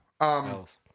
else